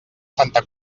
santa